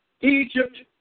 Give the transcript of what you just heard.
Egypt